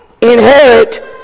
inherit